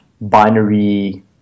binary